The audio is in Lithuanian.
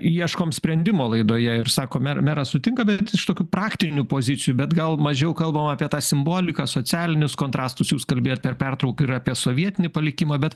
ieškom sprendimo laidoje ir sako me meras sutinka daryt iš tokių praktinių pozicijų bet gal mažiau kalbam apie tą simboliką socialinius kontrastus jūs kalbėjot per pertrauką ir apie sovietinį palikimą bet